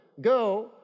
go